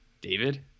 David